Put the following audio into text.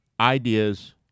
ideas